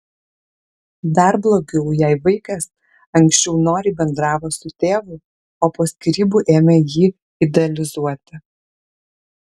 dar blogiau jei vaikas anksčiau noriai bendravo su tėvu o po skyrybų ėmė jį idealizuoti